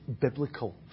biblical